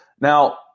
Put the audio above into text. Now